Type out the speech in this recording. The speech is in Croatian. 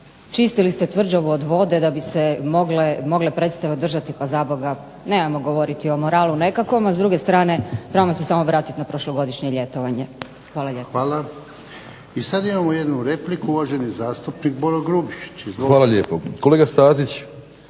čistili ste tvrđavu od vode da bi se mogle predstave održati. Pa zaboga nemojmo govoriti o moralu nekakvom a s druge strane trebamo se samo vratiti na prošlogodišnje ljetovanje. Hvala lijepo. **Jarnjak, Ivan (HDZ)** Hvala. I sada imamo jednu repliku uvaženi zastupnik Boro Grubišić. Izvolite. **Grubišić,